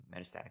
metastatic